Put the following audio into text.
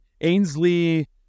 Ainsley